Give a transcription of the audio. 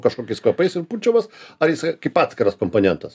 kažkokiais kvapais ir pučiamas ar jisai kaip atskiras komponentas